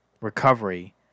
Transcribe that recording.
recovery